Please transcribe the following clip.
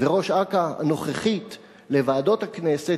וראש אכ"א הנוכחית לוועדות הכנסת,